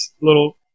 little